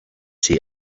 see